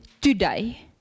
today